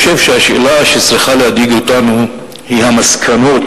לכן אני חושב שהשאלה שצריכה להדאיג אותנו היא המסקנות